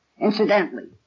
Incidentally